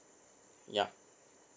yup